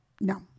No